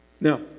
Now